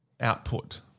output